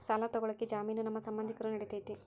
ಸಾಲ ತೊಗೋಳಕ್ಕೆ ಜಾಮೇನು ನಮ್ಮ ಸಂಬಂಧಿಕರು ನಡಿತೈತಿ?